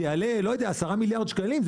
וזה יעלה 10 מיליארד שקלים.